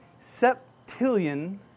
septillion